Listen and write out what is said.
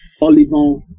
Olivon